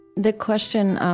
the question,